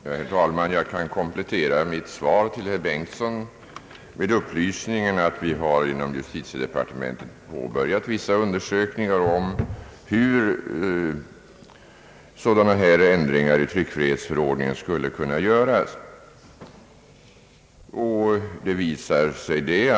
Herr talman! Jag kan komplettera mitt svar till herr Bengtson med upplysningen att vi inom justitiedepartementet har påbörjat vissa undersökningar om hur sådana här ändringar i tryckfrihetsförordningen skulle kunna göras.